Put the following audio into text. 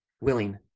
willing